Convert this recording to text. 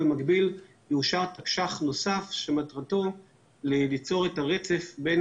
במקביל יאושר תקש"ח נוסף שמטרתו ליצור את הרצף בין